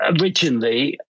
originally